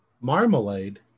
Marmalade